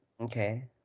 Okay